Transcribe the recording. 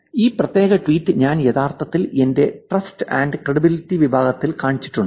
ഈ പ്രത്യേക ട്വീറ്റ് ഞാൻ യഥാർത്ഥത്തിൽ എന്റെ ട്രസ്റ്റ് ആൻഡ് ക്രെഡിബിലിറ്റി വിഭാഗത്തിൽ കാണിച്ചിട്ടുണ്ട്